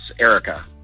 Erica